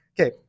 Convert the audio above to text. okay